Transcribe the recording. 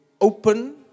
open